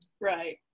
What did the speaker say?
right